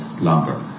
longer